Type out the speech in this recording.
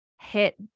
hit